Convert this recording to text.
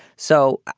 so,